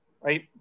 right